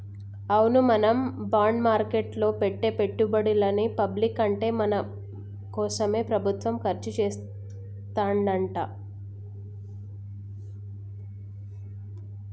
అవును మనం బాండ్ మార్కెట్లో పెట్టే పెట్టుబడులని పబ్లిక్ అంటే మన కోసమే ప్రభుత్వం ఖర్చు చేస్తాడంట